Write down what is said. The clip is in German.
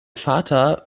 vater